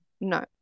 no